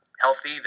healthy